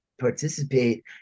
participate